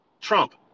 Trump